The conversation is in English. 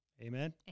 Amen